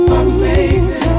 amazing